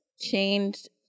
changed